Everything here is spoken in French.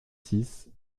six